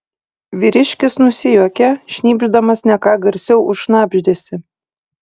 vyriškis nusijuokė šnypšdamas ne ką garsiau už šnabždesį